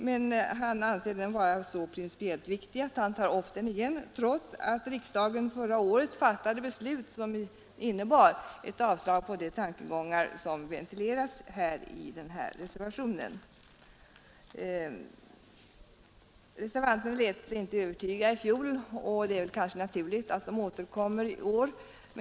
Men han anser den vara så principiellt viktig att han tar upp den igen, trots att riksdagen förra året fattade ett beslut som innebar avslag på de tankegångar som ventileras i denna reservation. Reservanterna lät sig inte övertygas i fjol, och det är kanske naturligt att de återkommer i år.